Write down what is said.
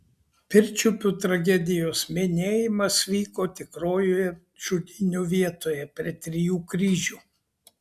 pirčiupių tragedijos minėjimas vyko tikrojoje žudynių vietoje prie trijų kryžių